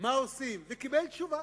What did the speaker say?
מה עושים, וקיבל תשובה.